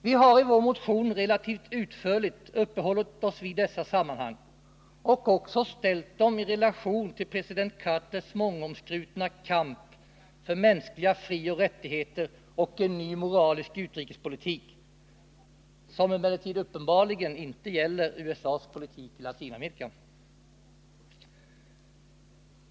Vi har i vår motion relativt utförligt uppehållit oss vid dessa sammanhang och också ställt dem i relation till president Carters mångomskrutna kamp för mänskliga frioch rättigheter och en ny moralisk utrikespolitik, som emellertid uppenbarligen inte gäller USA:s politik i Latinamerika.